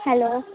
hello